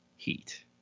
heat